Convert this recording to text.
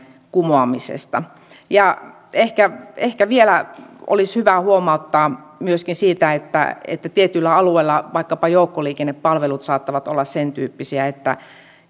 kumoamisesta ja ehkä ehkä vielä olisi hyvä huomauttaa myöskin siitä että että tietyillä alueilla vaikkapa joukkoliikennepalvelut saattavat olla sen tyyppisiä että